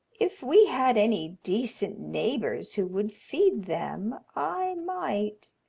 if we had any decent neighbors who would feed them i might,